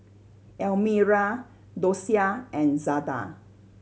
Almira Dosia and Zada